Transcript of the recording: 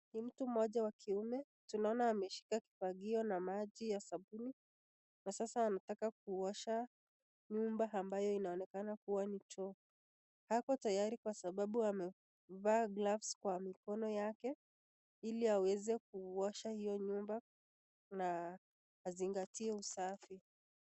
Ni mtu mmoja wa kiume tunaona ameshika kifangio na maji ya sabuni na sasa anataka kuosha nyumba ambayo inaonekana kuwa ni choo. ako tayari kwa sababu amevaa gloves kwa mikono yake hili aweze kuosha hiyo nyumba na hazingatie usafi.